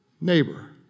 neighbor